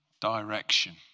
direction